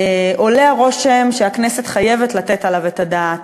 עולה הרושם שהכנסת חייבת לתת עליו את הדעת,